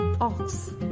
ox